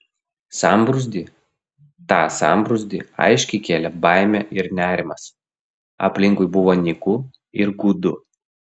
sambrūzdį tą sambrūzdį aiškiai kėlė baimė ir nerimas aplinkui buvo nyku ir gūdu